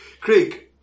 Craig